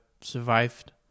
survived